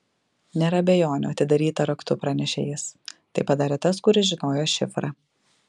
nėra abejonių atidaryta raktu pranešė jis tai padarė tas kuris žinojo šifrą